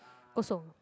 Kosong